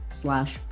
slash